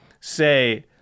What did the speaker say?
say